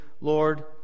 Lord